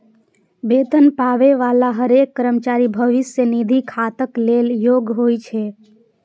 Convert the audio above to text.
वेतन पाबै बला हरेक कर्मचारी भविष्य निधि खाताक लेल योग्य होइ छै